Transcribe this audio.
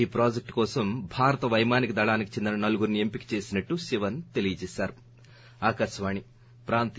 ఈ ప్రాజెక్టు కోసం భారత వైమానిక దళానికి చెందిన నలుగురిని ఎంపిక చేశామని శివన్ తెలియచేశారు